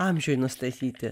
amžiui nustatyti